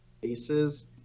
bases